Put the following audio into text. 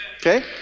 Okay